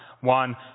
one